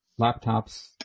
laptops